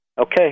Okay